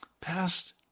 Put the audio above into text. Past